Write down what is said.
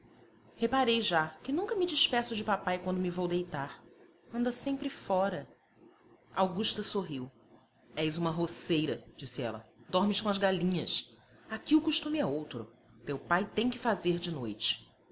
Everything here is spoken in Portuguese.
reparei já que nunca me despeço de papai quando me vou deitar anda sempre fora augusta sorriu és uma roceira disse ela dormes com as galinhas aqui o costume é outro teu pai tem que fazer de noite